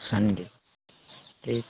Sunday ठीक